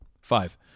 five